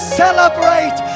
celebrate